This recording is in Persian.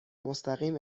مستقیم